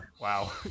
Wow